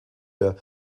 der